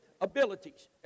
abilities